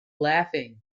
laughing